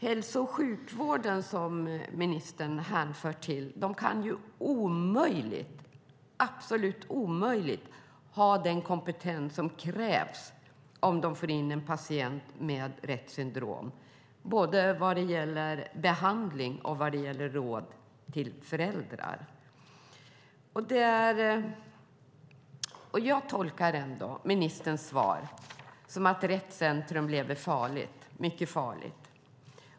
Hälso och sjukvården, som ministern hänvisar till, kan absolut omöjligt ha den kompetens som krävs om de får in en patient med Retts syndrom, både vad gäller behandling och vad gäller råd till föräldrar. Jag tolkar ministerns svar som att Rett Center lever mycket farligt.